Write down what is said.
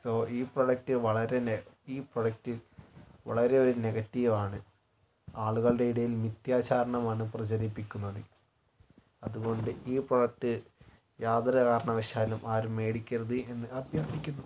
so ഈ product വളരെ ഈ പ്രോഡക്ട് വളരെ ഒരു നെഗറ്റീവ് ആണ് ആളുകളുടെ ഇടയിൽ മിഥ്യാചാരണം ആണ് പ്രചരിപ്പിക്കുന്നത് അത്കൊണ്ട് ഈ പ്രോഡക്ട് യാതൊരു കാരണവശാലും ആരും മേടിക്കരുത് എന്ന് അഭ്യർത്ഥിക്കുന്നു